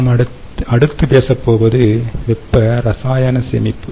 நாம் அடுத்து பேசப்போவது வெப்ப ரசாயன சேமிப்பு